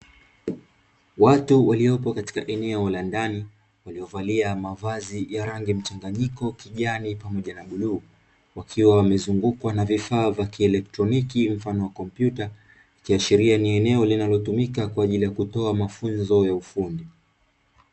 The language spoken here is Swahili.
Watu waliopo katika eneo la ndani wakiwa waliovalia mavazi ya rangi mchanganyiko, kijani pamoja na bluu wakiwa wamezungukwa na vifaa vya kieletroniki, mfano wa kompyuta, ikiashiria ni eneo linalotumika kwa ajili ya kutoa mafunzo ya ufundi.